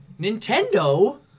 Nintendo